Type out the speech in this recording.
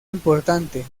importante